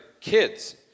Kids